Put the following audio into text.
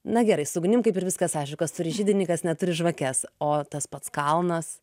na gerai su ugnim tai kaip ir viskas aišku kas turi židinį kas neturi žvakes o tas pats kalnas